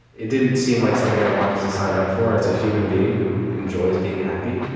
it didn't seem like something i wanted to sign up for as a human being who enjoys being happy. and